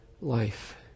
life